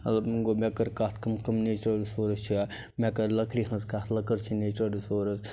گوٚو مےٚ کٔر کَتھ کَم کَم نیچرل رِسورٕس چھِ مےٚ کٔر لٔکرِ ہٕنٛز کَتھ لٔکٕر چھِ نیچرل رِسورٕس